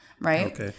right